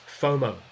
FOMO